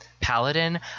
paladin